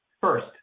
First